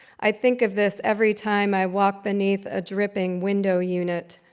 i think of this every time i walk beneath a dripping window unit.